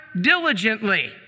diligently